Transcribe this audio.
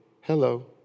hello